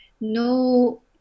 no